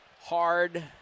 hard